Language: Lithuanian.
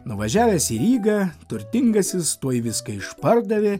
nuvažiavęs į rygą turtingasis tuoj viską išpardavė